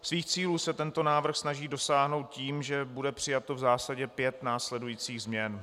Svých cílů se tento návrh snaží dosáhnout tím, že bude přijato v zásadě pět následujících změn: